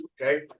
okay